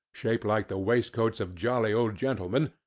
shaped like the waistcoats of jolly old gentlemen,